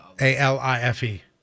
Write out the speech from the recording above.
A-L-I-F-E